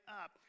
up